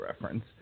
reference